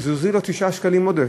ואז הרב החזיר לו 9 שקלים עודף